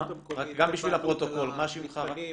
שמי רותם